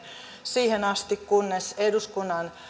siihen asti kunnes eduskunnan